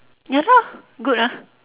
ya lah good ah